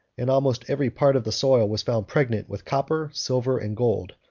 and almost every part of the soil was found pregnant with copper, silver, and gold.